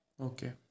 Okay